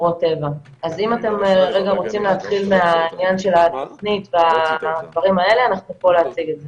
אם אתם רוצים להתחיל עם העניין של התוכנית אנחנו פה להציג את זה.